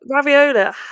raviola